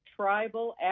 tribal